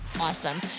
awesome